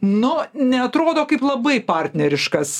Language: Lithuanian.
nu neatrodo kaip labai partneriškas